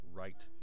right